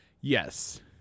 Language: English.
Yes